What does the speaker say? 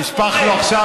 עכשיו,